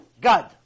God